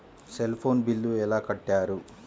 Cell phone bill ఎలా కట్టారు?